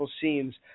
scenes